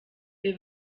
wir